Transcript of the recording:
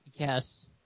Yes